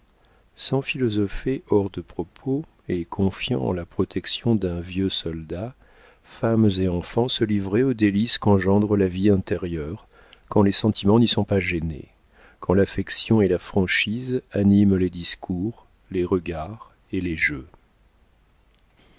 sans philosopher hors de propos et confiants en la protection d'un vieux soldat femme et enfants se livraient aux délices qu'engendre la vie intérieure quand les sentiments n'y sont pas gênés quand l'affection et la franchise animent les discours les regards et les jeux